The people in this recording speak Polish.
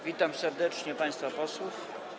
Witam serdecznie państwa posłów.